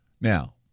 Now